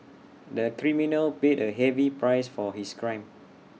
the criminal paid A heavy price for his crime